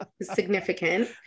significant